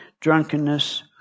drunkenness